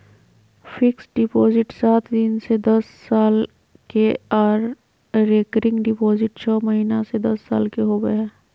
fixed deposit सात दिन से दस साल के आर रेकरिंग डिपॉजिट छौ महीना से दस साल के होबय हय